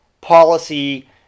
policy